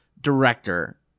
director